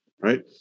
right